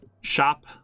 shop